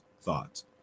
thoughts